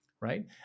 Right